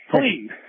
Please